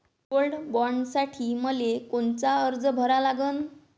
Gold बॉण्डसाठी मले कोनचा अर्ज भरा लागन?